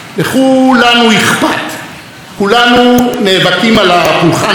כולנו נאבקים על הפולחן הנכון ועל הערכים הנכונים,